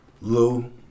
Lou